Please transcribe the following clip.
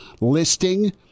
listing